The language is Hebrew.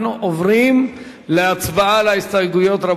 אנחנו עוברים להצבעה על ההסתייגויות.